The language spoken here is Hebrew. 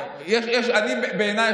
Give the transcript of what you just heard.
בעיניי,